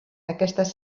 aquestes